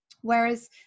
Whereas